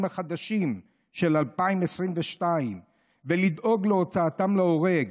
החדשים של 2022 ולדאוג להוצאתם להורג.